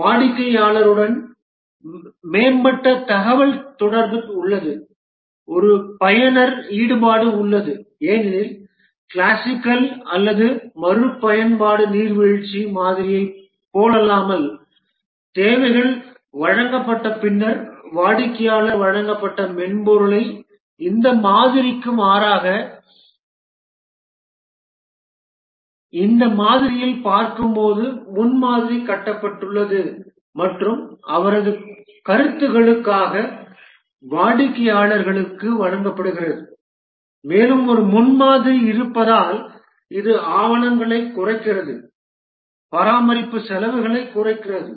வாடிக்கையாளருடன் மேம்பட்ட தகவல்தொடர்பு உள்ளது ஒரு பயனர் ஈடுபாடு உள்ளது ஏனெனில் கிளாசிக்கல் அல்லது மறுபயன்பாட்டு நீர்வீழ்ச்சி மாதிரியைப் போலல்லாமல் தேவைகள் வழங்கப்பட்டபின்னர் வாடிக்கையாளர் வழங்கப்பட்ட மென்பொருளை இந்த மாதிரிக்கு மாறாக இந்த மாதிரியில் பார்க்கும்போது முன்மாதிரி கட்டப்பட்டுள்ளது மற்றும் அவரது கருத்துக்களுக்காக வாடிக்கையாளருக்கு வழங்கப்படுகிறது மேலும் ஒரு முன்மாதிரி இருப்பதால் இது ஆவணங்களை குறைக்கிறது பராமரிப்பு செலவுகளை குறைக்கிறது